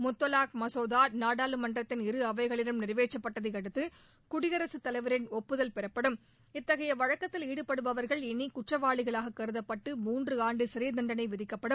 முத்தலாக் மசோதா நாடாளுமன்றத்தின் இரு அவைகளிலும் நிறைவேற்றப்பட்டதை அடுத்து குடியரசுத் தலைவரின் ஒப்புதல் பெறப்படும் இத்தகைய வழக்கத்தில் கருதப்பட்டு மூன்று ஆண்டு சிறை தண்டனை விதிக்கப்படும்